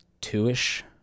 two-ish